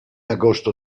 agosto